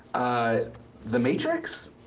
ah the matrix?